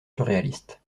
surréaliste